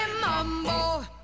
Mambo